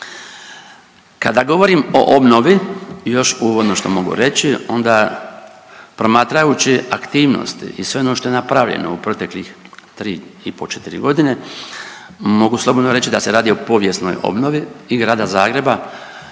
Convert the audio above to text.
Kada govorim o obnovi još ono što mogu reći onda promatrajući aktivnosti i sve ono što je napravljeno u protekli 3,5 – 4 godine, mogu slobodno reći da se radi o povijesnoj obnovi i grada Zagreba